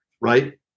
right